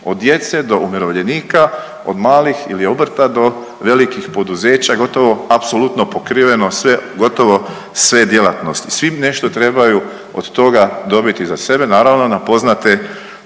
od djece do umirovljenika, od malih ili obrta do velikih poduzeća gotovo apsolutno pokriveno sve, gotovo sve djelatnosti. Svima nešto trebaju od toga dobiti za sebe naravno na poznate